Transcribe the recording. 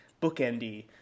bookendy